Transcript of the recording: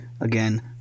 again